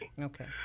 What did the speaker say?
Okay